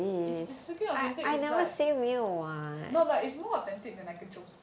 it's it's freaking authentic it's like no like it's more authentic than I can choose